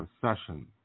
session